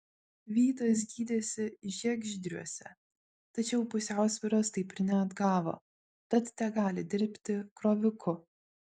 vytas gydėsi žiegždriuose tačiau pusiausvyros taip ir neatgavo tad tegali dirbti kroviku